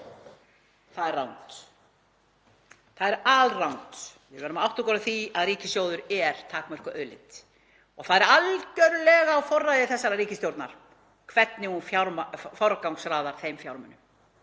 Það er rangt. Það er alrangt. Við verðum að átta okkur á því að ríkissjóður er takmörkuð auðlind og það er algjörlega á forræði þessarar ríkisstjórnar hvernig hún forgangsraðar þeim fjármunum,